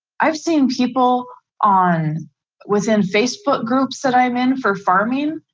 i've seen people on within facebook groups that i'm in for farming.